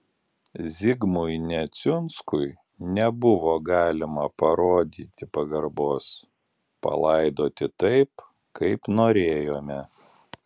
zigmui neciunskui nebuvo galima parodyti pagarbos palaidoti taip kaip norėjome